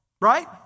right